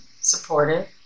supportive